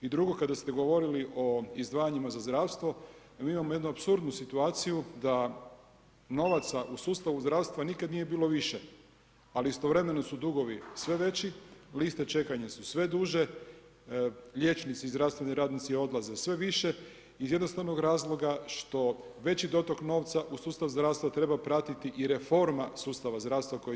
I drugo, kada ste govorili o izdvajanjima za zdravstvo, mi imamo jednu apsurdnu situaciju da novaca u sustavu zdravstva nikad nije bilo više ali istovremeno su dugovi sve veći, liste čekanja su sve duže, liječnici i zdravstveni radnici odlaze sve više iz jednostavnog razloga što veći dotok novca u sustavu zdravstva treba pratiti i reforma sustava zdravstva koja je izostala.